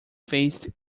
faced